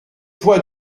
poids